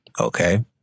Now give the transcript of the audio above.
okay